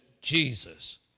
Jesus